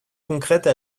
concrètes